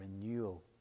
renewal